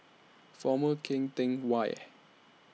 Former Keng Teck Whay